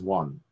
one